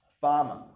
farmer